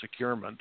securement